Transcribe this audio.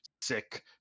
sick